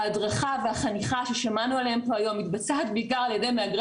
ההדרכה והחניכה ששמענו עליהם פה היום מתבצעת בעיקר על ידי מהגרי